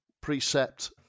precept